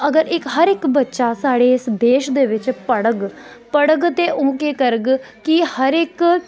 अगर इक हर इक बच्चा साढ़े इस देश दे बिच्च पढ़ग पढ़ग ते ओह् केह् करग कि हर इक